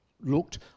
looked